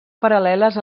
paral·leles